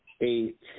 eight